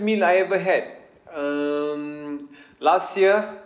meal I ever had um last year